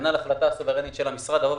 כנ"ל החלטה סוברנית של המשרד לבוא